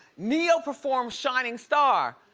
ne-yo performed shining star.